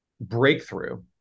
breakthrough